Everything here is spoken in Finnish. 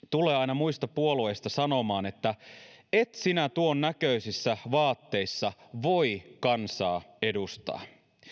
tulee aina muista puolueista sanomaan että et sinä tuon näköisissä vaatteissa voi kansaa edustaa